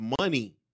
money